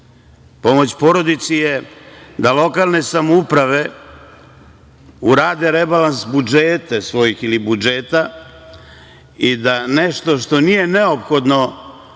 porodici je da lokalne samouprave urade rebalans budžeta svojih i da nešto što nije neophodno